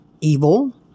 evil